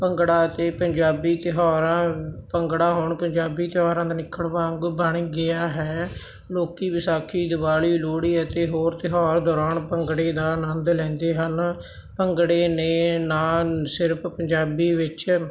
ਭੰਗੜਾ ਅਤੇ ਪੰਜਾਬੀ ਤਿਉਹਾਰਾਂ ਭੰਗੜਾ ਹੁਣ ਪੰਜਾਬੀ ਤਿਉਹਾਰਾਂ ਦਾ ਅਨਿਖੜਵਾਂ ਅੰਗ ਬਣ ਗਿਆ ਹੈ ਲੋਕ ਵਿਸਾਖੀ ਦੀਵਾਲੀ ਲੋਹੜੀ ਅਤੇ ਹੋਰ ਤਿਉਹਾਰਾਂ ਦੌਰਾਨ ਭੰਗੜੇ ਦਾ ਆਨੰਦ ਲੈਂਦੇ ਹਨ ਭੰਗੜੇ ਨੇ ਨਾ ਸਿਰਫ ਪੰਜਾਬੀ ਵਿੱਚ